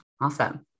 Awesome